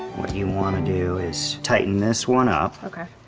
what you want to do is tighten this one up. okay.